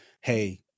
hey